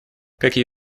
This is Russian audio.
какие